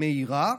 מהירה,